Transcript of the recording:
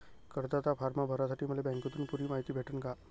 कर्जाचा फारम भरासाठी मले बँकेतून पुरी मायती भेटन का?